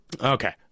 okay